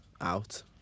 out